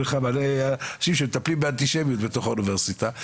לך מלא אנשים שמטפלים באנטישמיות בתוך האוניברסיטה,